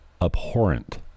abhorrent